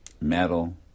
metal